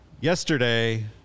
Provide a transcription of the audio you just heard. Yesterday